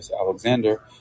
Alexander